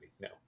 No